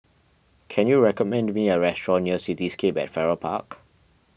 can you recommend me a restaurant near Cityscape at Farrer Park